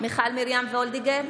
מיכל מרים וולדיגר,